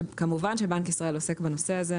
שכמובן שבנק ישראל עוסק בנושא הזה.